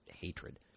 hatred